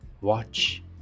Watch